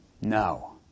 No